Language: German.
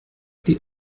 die